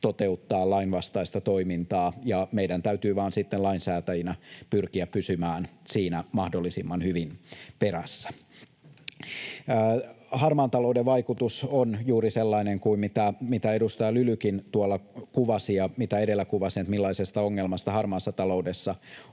toteuttaa lainvastaista toimintaa. Meidän täytyy vaan sitten lainsäätäjinä pyrkiä pysymään siinä mahdollisimman hyvin perässä. Harmaan talouden vaikutus on juuri sellainen kuin mitä edustaja Lylykin tuolla kuvasi ja mitä edellä kuvasin, millaisesta ongelmasta harmaassa taloudessa